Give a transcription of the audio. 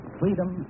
freedom